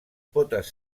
potes